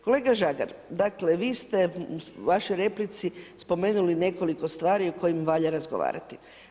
Kolega Žagar, dakle vi ste u vašoj replici spomenuli nekoliko stvari o kojima valja razgovarati.